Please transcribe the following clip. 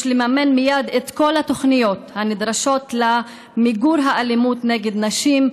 יש לממן מייד את כל התוכניות הנדרשות למיגור האלימות נגד נשים,